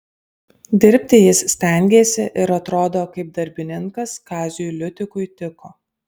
dirbti jis stengėsi ir atrodo kaip darbininkas kaziui liutikui tiko